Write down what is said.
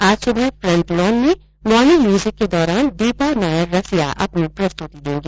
आज सुबह front lawn में मोर्निंग म्यूजिक के दौरान दीपा नायर रसिया अपनी प्रस्तुति देंगी